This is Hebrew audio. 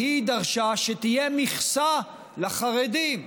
והיא דרשה שתהיה מכסה לחרדים: